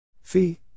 Fee